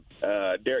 Derek